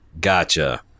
Gotcha